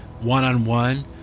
one-on-one